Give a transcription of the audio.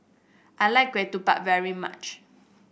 I like ketupat very much